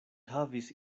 havis